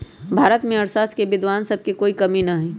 भारत में अर्थशास्त्र के विद्वान सब के कोई कमी न हई